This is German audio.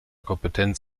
kompetenz